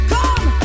Come